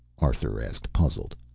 arthur asked, puzzled.